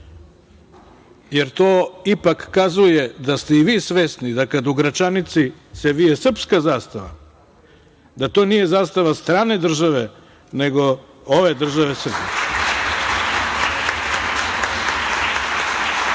jer to ipak kazuje da ste i vi svesni da kada u Gračanici se vije srpska zastava, da to nije zastava strane države, nego ove države Srbije. Ovo